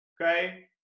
okay